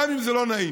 גם אם זה לא נעים.